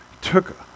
took